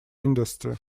industry